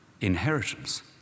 inheritance